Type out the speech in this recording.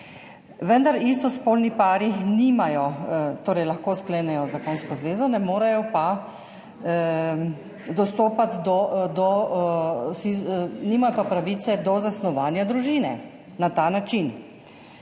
Vendar istospolni pari nimajo, torej lahko sklenejo zakonsko zvezo, nimajo pa pravice do zasnovanja družine na ta način.